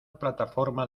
plataforma